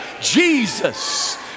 Jesus